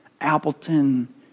Appleton